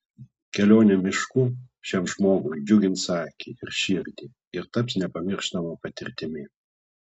kelionė mišku šiam žmogui džiugins akį ir širdį ir taps nepamirštama patirtimi